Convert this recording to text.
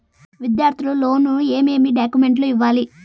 విద్యార్థులు లోను ఏమేమి డాక్యుమెంట్లు ఇవ్వాలి?